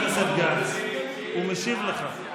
חבר הכנסת גנץ, הוא משיב לך.